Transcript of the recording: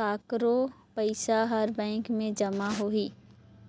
काकरो पइसा हर बेंक में जमा होही